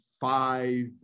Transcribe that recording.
five